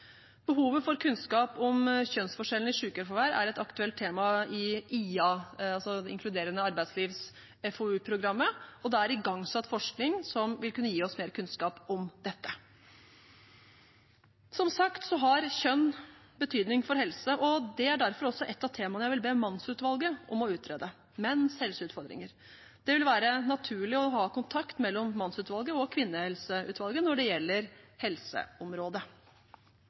Behovet for kunnskap om kjønnsforskjeller i sykefravær er et aktuelt tema i IA FoU-programmet, og det er igangsatt forskning som vil kunne gi oss mer kunnskap om dette. Som sagt har kjønn betydning for helse, og derfor er et av temaene jeg vil be mannsutvalget om å utrede, menns helseutfordringer. Det vil være naturlig å ha kontakt mellom mannsutvalget og kvinnehelseutvalget når det gjelder helseområdet.